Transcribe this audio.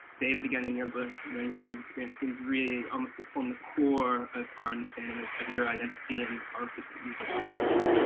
david, again, in your book, you know, your mother's experience seems really, almost to form the core of our understanding of of your identity, and politics that you've adopted.